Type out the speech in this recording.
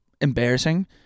embarrassing